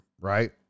right